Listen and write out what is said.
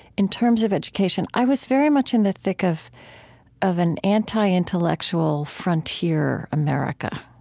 in terms of education, i was very much in the thick of of an anti-intellectual frontier america,